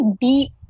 deep